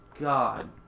god